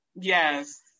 Yes